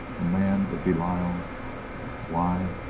a man of belial why,